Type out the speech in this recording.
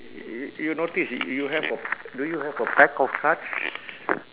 y~ y~ you notice y~ you have a do you have a pack of cards